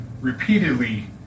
repeatedly